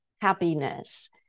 happiness